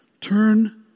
Turn